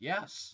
Yes